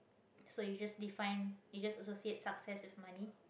so you just define you just associate success with money